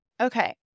okay